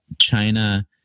China